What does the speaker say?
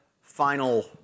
final